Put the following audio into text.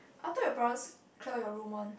I thought your parents clear your room [one]